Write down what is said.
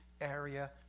area